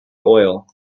oil